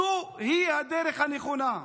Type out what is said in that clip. זוהי הדרך הנכונה.